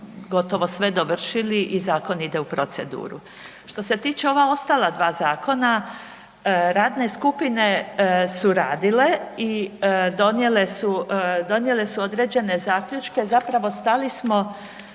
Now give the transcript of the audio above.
gotovo sve dovršili i zakon ide u proceduru. Što se tiče ova ostala dva zakona radne skupine su radile i donijele su određene zaključke, zapravo stali smo